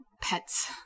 Pets